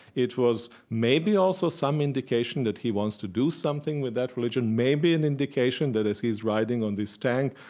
it was maybe also some indication that he wants to do something with that religion, maybe an indication that, as he's riding on this tank,